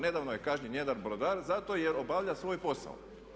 Nedavno je kažnjen jedan brodar zato jer obavlja svoj posao.